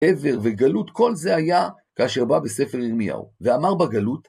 עבר וגלות כל זה היה כאשר בא בספר ירמיהו ואמר בגלות